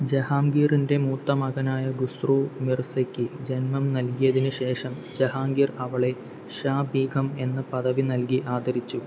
ജഹാംഗീറിൻ്റെ മൂത്ത മകനായ ഖുസ്രു മിർസയ്ക്ക് ജന്മം നൽകിയതിന് ശേഷം ജഹാംഗീർ അവളെ ഷാ ബീഗം എന്ന പദവി നൽകി ആദരിച്ചു